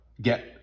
get